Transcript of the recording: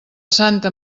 santa